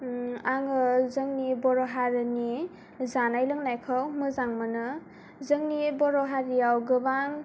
आङो जोंनि बर' हारिनि जानाय लोंनायखौ मोजां मोनो जोंनि बर' हारियाव गोबां